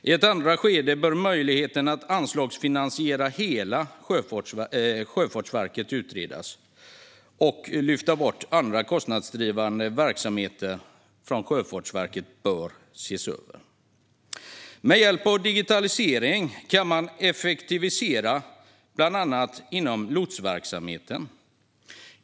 I ett andra skede bör möjligheten att anslagsfinansiera hela Sjöfartsverkets verksamhet utredas, och möjligheten att lyfta bort andra kostnadsdrivande verksamheter från Sjöfartsverket bör ses över. Med hjälp av digitaliseringen kan man effektivisera bland annat inom lotsverksamheten.